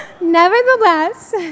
Nevertheless